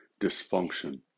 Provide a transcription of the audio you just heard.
dysfunction